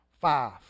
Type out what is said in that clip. five